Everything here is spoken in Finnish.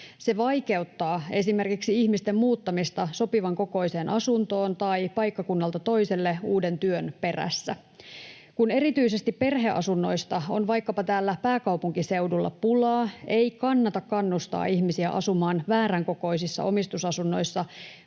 Se vaikeuttaa esimerkiksi ihmisten muuttamista sopivan kokoiseen asuntoon tai paikkakunnalta toiselle uuden työn perässä. Kun erityisesti perheasunnoista on vaikkapa täällä pääkaupunkiseudulla pulaa, ei kannata kannustaa ihmisiä asumaan vääränkokoisissa omistusasunnoissa